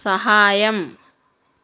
సహాయం